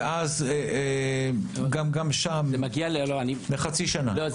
ואז גם שם זה מגיע לחצי שנה, ל-26 שבועות.